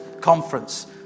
conference